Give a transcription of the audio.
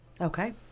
Okay